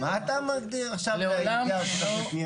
--- היושב-ראש,